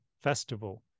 festival